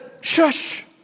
shush